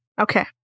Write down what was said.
okay